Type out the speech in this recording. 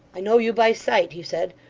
i know you by sight he said,